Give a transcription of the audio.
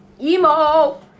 Emo